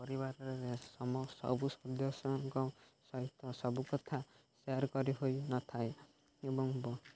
ପରିବାରରେ ସମ ସବୁ ସଦସ୍ୟଙ୍କ ସହିତ ସବୁ କଥା ସେୟାର୍ କରି ହୋଇନଥାଏ ଏବଂ